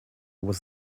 was